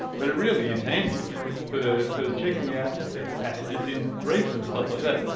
but it really is handy for checking out passages in reefs and stuff like that.